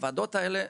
הוועדות האלה,